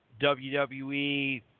WWE